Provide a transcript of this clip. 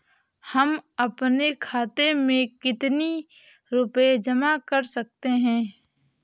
हम अपने खाते में कितनी रूपए जमा कर सकते हैं?